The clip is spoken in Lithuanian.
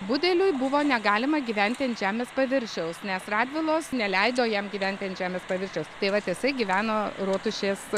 budeliui buvo negalima gyventi ant žemės paviršiaus nes radvilos neleido jam gyventi ant žemės paviršiaus tai vat jisai gyveno rotušės